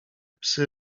psy